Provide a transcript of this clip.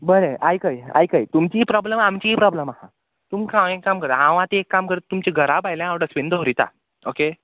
बरें आयकय आयकय तुमची प्रोब्लम आमचीय प्रोब्लम आहा तुमकां हांव एक काम कर हांव आतां एक काम करता तुमचे घरा भायल्या हांव डस्टबीन दवरिता ओके